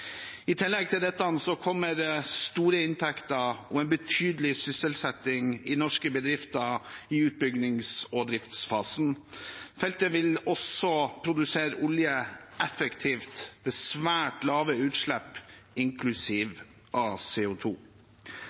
I tillegg til dette kommer store inntekter og en betydelig sysselsetting i norske bedrifter i utbyggings- og driftsfasen. Feltet vil også produsere olje effektivt, med svært lave utslipp, inklusiv